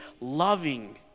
loving